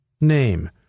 Name